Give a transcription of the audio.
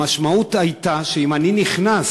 המשמעות הייתה שאם אני נכנס